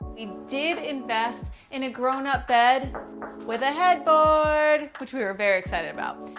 we did invest in a grown up bed with a headboard, which we were very excited about.